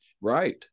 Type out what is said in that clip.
Right